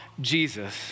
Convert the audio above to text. Jesus